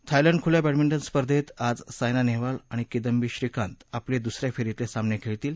Thailand खुल्या badminton स्पर्धेत आज सायना नेहवाल आणि किदम्बी श्रीकांत आपले दुस या फेरीतले सामने खेळतील